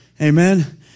Amen